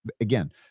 again